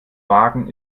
wagen